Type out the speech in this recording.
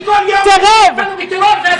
אני מצפצף על היושבת-ראש.